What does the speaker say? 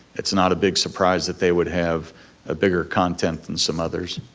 it's not a big surprise that they would have a bigger content than some others.